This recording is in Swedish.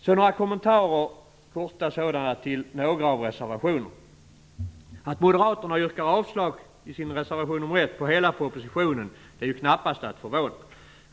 Så några korta kommentarer till några av reservationerna. Att moderaterna i reservation nr 1 yrkar avslag på hela propositionen är knappast ägnat att förvåna.